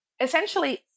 essentially